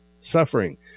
suffering